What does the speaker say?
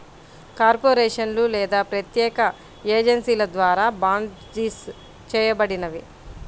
కార్పొరేషన్లు లేదా ప్రభుత్వ ఏజెన్సీల ద్వారా బాండ్సిస్ చేయబడినవి